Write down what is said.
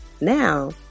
Now